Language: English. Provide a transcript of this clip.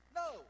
no